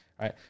right